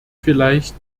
vielleicht